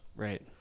Right